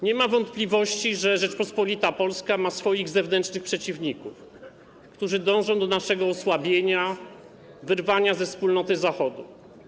Nie ma wątpliwości, że Rzeczpospolita Polska ma swoich zewnętrznych przeciwników, którzy dążą do naszego osłabienia, wyrwania ze wspólnoty Zachodu.